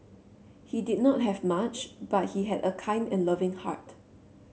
he did not have much but he had a kind and loving heart